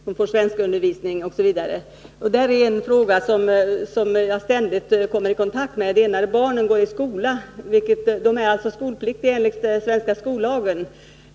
De får svenskundervisning m.m. Där kommer jag ständigt i kontakt med ett problem i de fall där barnen går i skola och alltså är skolpliktiga enligt den svenska skollagen.